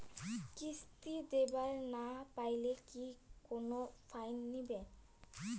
কিস্তি দিবার না পাইলে কি কোনো ফাইন নিবে?